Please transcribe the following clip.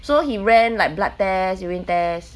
so he ran like blood test urine test